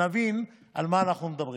כדי שנבין על מה אנחנו מדברים.